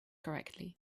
correctly